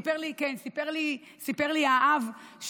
סיפר לי האב,